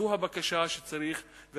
זו הבקשה שצריכה להיות,